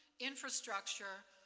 infrastructure,